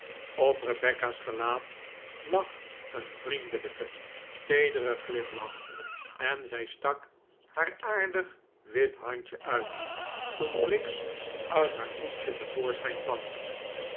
op rebecca's gelaat lag een vriendelijke teedere glimlach en zij stak haar aardig wit handje uit toen briggs uit haar koetsje te voorschijn kwam